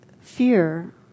fear